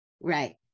Right